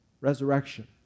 resurrection